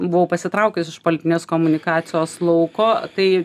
buvau pasitraukus iš politinės komunikacijos lauko tai